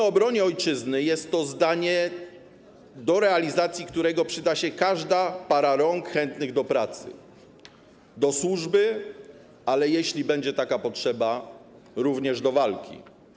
Obrona ojczyzny to zadanie, do realizacji którego przyda się każda para rąk chętnych do pracy, do służby, ale jeśli będzie taka potrzeba, również do walki.